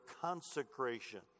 consecration